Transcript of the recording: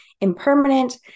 impermanent